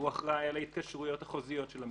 הוא אחראי על ההתקשרויות החוזיות של המשרד.